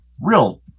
real